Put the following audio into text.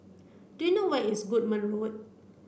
do you know where is Goodman Road